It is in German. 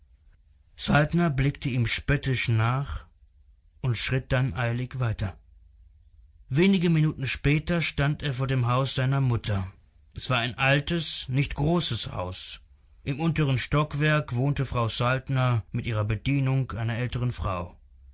saltner blickte ihm spöttisch nach und schritt dann eilig weiter wenige minuten später stand er vor dem haus seiner mutter es war ein altes nicht großes haus im unteren stockwerk wohnte frau saltner mit ihrer bedienung einer älteren frau